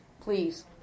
please